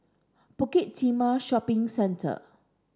Bukit Timah Shopping Centre